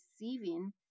receiving